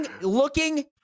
looking